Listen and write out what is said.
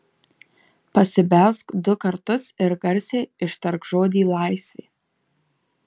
pasibelsk du kartus ir garsiai ištark žodį laisvė